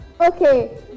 Okay